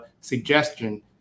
suggestion